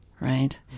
right